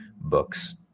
books